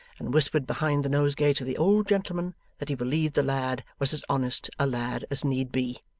and whispered behind the nosegay to the old gentleman that he believed the lad was as honest a lad as need be.